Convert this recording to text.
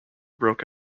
broke